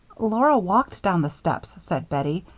laura walked down the steps, said bettie,